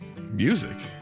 Music